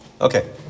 Okay